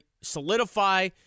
solidify